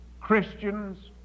Christians